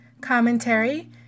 commentary